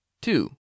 Two